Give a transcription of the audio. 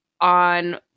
on